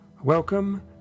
Welcome